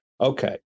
okay